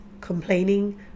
complaining